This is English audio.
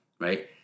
right